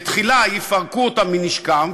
תחילה יפרקו אותם מנשקם,